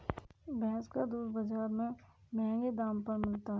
भैंस का दूध बाजार में महँगे दाम पर मिलता है